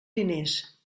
diners